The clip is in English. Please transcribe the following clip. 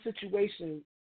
situation